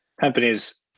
companies